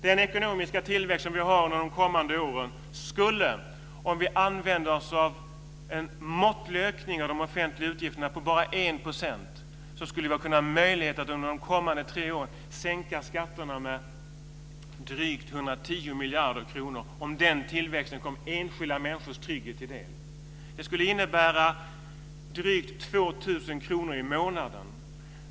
Den ekonomiska tillväxten under de kommande tre åren skulle, med en måttlig ökning av de offentliga utgifterna på bara 1 %, ge oss möjlighet att sänka skatterna med drygt 110 miljarder kronor. Då skulle tillväxten komma enskilda människors trygghet till del. Det skulle innebära drygt 2 000 kr i månaden.